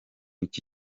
iki